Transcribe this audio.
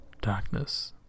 darkness